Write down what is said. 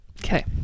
Okay